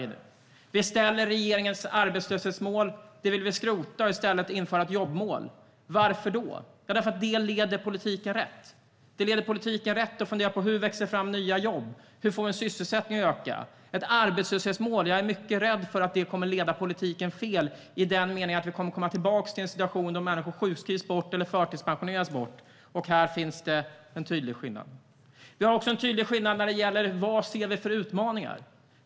Vi vill skrota regeringens arbetslöshetsmål och i stället införa ett jobbmål. Varför då? Jo, för att det leder politiken rätt att fundera över hur nya jobb ska växa fram och sysselsättningen öka. Jag är mycket rädd för att ett arbetslöshetsmål kommer att leda politiken fel i den meningen att vi kommer att komma tillbaka till en situation där människor sjukskrivs eller förtidspensioneras bort. Här finns en tydlig skillnad. Det finns också en tydlig skillnad när det gäller de utmaningar vi ser.